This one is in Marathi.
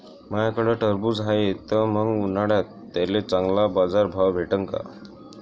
माह्याकडं टरबूज हाये त मंग उन्हाळ्यात त्याले चांगला बाजार भाव भेटन का?